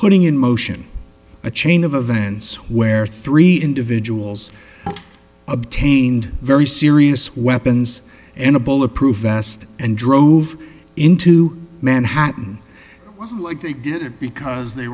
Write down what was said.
putting in motion a chain of events where three individuals obtained very serious weapons and a bulletproof vest and drove into manhattan like they did it because they